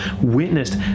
witnessed